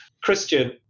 Christian